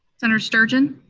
senator sturgeon?